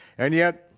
and yet,